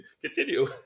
Continue